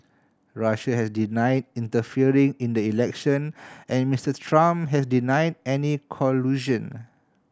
Russia has deny interfering in the election and Mister Trump has deny any collusion